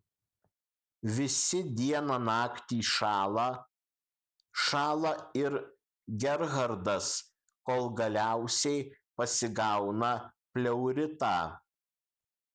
visi dieną naktį šąla šąla ir gerhardas kol galiausiai pasigauna pleuritą